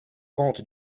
pentes